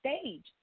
stage